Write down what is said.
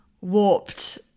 warped